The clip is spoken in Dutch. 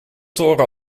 toren